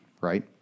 right